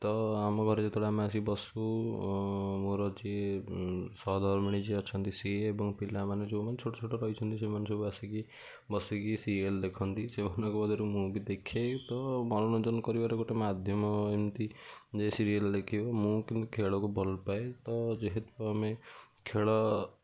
ତ ଆମ ଘରେ ଯେତେବେଳେ ଆମେ ଆସିକି ବସୁ ମୋର ଅଛି ସହଧର୍ମିଣୀ ଯିଏ ଅଛନ୍ତି ସିଏ ଏବଂ ପିଲାମାନେ ଯେଉଁମାନେ ଛୋଟ ଛୋଟ ରହିଛନ୍ତି ସେମାନେ ସବୁ ଆସିକି ବସିକି ସିରିଏଲ୍ ଦେଖନ୍ତି ସେମାନଙ୍କ ମଧ୍ୟରୁ ମୁଁ ବି ଦେଖେ ତ ମନୋରଞ୍ଜନ କରିବାର ଗୋଟେ ମାଧ୍ୟମ ଏମତି ଯେ ସିରିଏଲ୍ ଦେଖିବେ ମୁଁ କିନ୍ତୁ ଖେଳକୁ ଭଲପାଏ ତ ଯେହେତୁ ଆମେ ଖେଳ